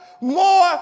more